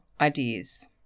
ideas